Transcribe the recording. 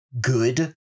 good